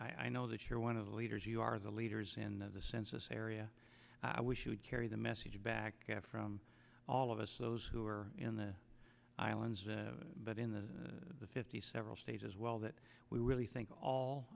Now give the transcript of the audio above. brief i know that you're one of the leaders you are the leaders and the census area i wish you would carry the message back from all of us those who are in the islands but in the fifty several states as well that we really think all